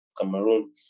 Cameroon